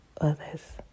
others